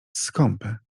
skąpy